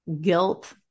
guilt